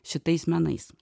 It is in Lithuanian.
šitais menais